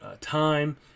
time